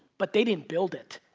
but they didn't build it.